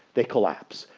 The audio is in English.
they collapse.